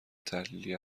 تحلیلی